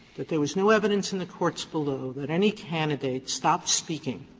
that there was no evidence in the courts below that any candidate stopped speaking